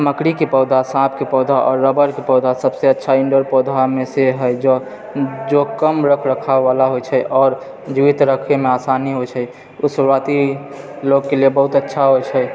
मकड़ीके पौधा साँपके पौधा आओर रबड़के पौधा सबसँ अच्छा इनडोर पौधामे से है जो कम रख रखाव वला होइ छै आओर जीवित रखयमे आसानी होइ छै ओ शुरुआती लोगके लिए बहुत अच्छा होइत छै